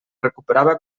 recuperava